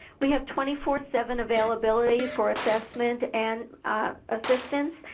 we have twenty four seven availability for assessment and assistance,